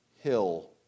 hill